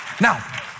now